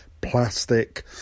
plastic